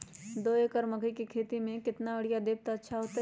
दो एकड़ मकई के खेती म केतना यूरिया देब त अच्छा होतई?